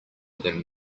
than